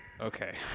okay